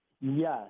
Yes